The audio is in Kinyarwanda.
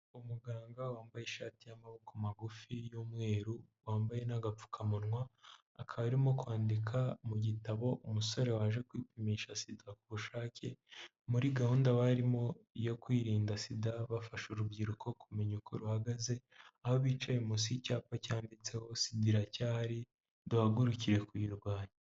Umuganga wambaye ishati y'amaboko magufi y'umweru, wambaye n'agapfukamunwa, akaba arimo kwandika mu gitabo umusore waje kwipimisha sida ku bushake, muri gahunda barimo yo kwirinda sida bafasha urubyiruko kumenya uko ruhagaze, aho bicaye munsi y'icyapa cyanditseho:" SIDA IRACYARI DUHAGURUKE TUYIRWANYE "